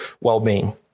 well-being